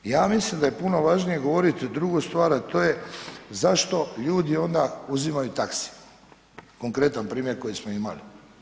I ja mislim da je puno važnije govoriti drugu stvar a to je zašto ljudi onda uzimaju taxi, konkretan primjer koji smo imali.